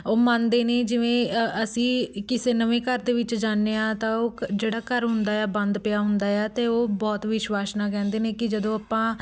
ਉਹ ਮੰਨਦੇ ਨੇ ਜਿਵੇਂ ਅਸੀਂ ਕਿਸੇ ਨਵੇਂ ਘਰ ਦੇ ਵਿੱਚ ਜਾਂਦੇ ਹਾਂ ਤਾਂ ਉਹ ਜਿਹੜਾ ਘਰ ਹੁੰਦਾ ਏ ਆ ਬੰਦ ਪਿਆ ਹੁੰਦਾ ਆ ਅਤੇ ਉਹ ਬਹੁਤ ਵਿਸ਼ਵਾਸ ਨਾਲ ਕਹਿੰਦੇ ਨੇ ਕਿ ਜਦੋਂ ਆਪਾਂ